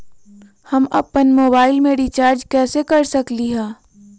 हम अपन मोबाइल में रिचार्ज कैसे कर सकली ह?